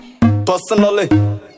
personally